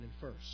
first